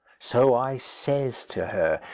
so i says to her,